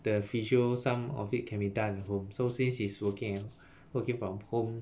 the physiotherapy some of it can be done at home so since he's working at working from home